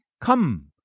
Come